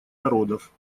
народов